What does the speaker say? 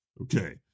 Okay